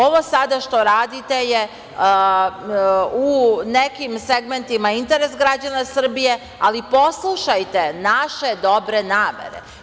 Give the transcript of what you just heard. Ovo sada što radite je u nekim segmentima interes građana Srbije, ali poslušajte naše dobre namere.